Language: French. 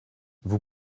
vous